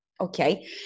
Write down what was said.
Okay